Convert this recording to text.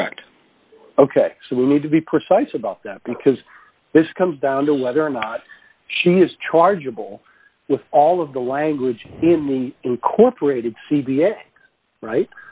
correct ok so we need to be precise about that because this comes down to whether or not she is chargeable with all of the language in the incorporated c d s right